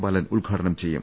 ബാലൻ ഉദ്ഘാടനം ചെയ്യും